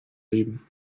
leben